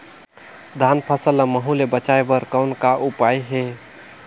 धान फसल ल महू ले बचाय बर कौन का उपाय हे?